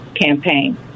campaign